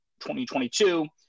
2022